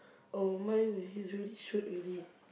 oh mine he's already shoot already